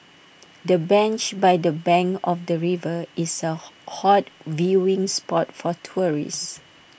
the bench by the bank of the river is A hot viewing spot for tourists